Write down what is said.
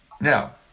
Now